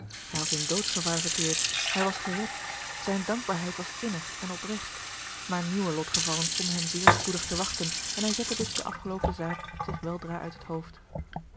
hij had in doodsgevaar verkeerd hij was gered zijne dankbaarheid was innig en opregt maar nieuwe lotgevallen stonden hem zeer spoedig te wachten en hij zette dus de afgeloopen zaak zich weldra uit het hoofd